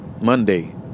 Monday